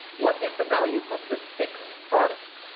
what is the value of the sixth product?